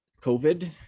COVID